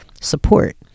support